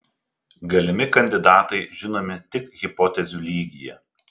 galimi kandidatai žinomi tik hipotezių lygyje